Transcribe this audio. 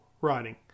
writing